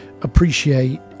appreciate